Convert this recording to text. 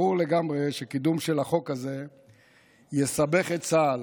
ברור לגמרי שקידום של החוק הזה יסבך את צה"ל.